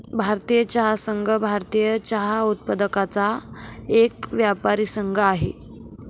भारतीय चहा संघ, भारतीय चहा उत्पादकांचा एक व्यापारी संघ आहे